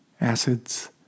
acids